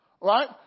Right